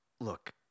Look